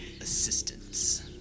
assistance